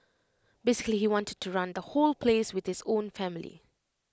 basically he wanted to run the whole place with his own family